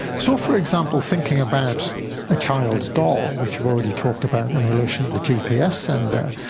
so, for example, thinking about a child's doll, which we've already talked about in relation to the gps sender,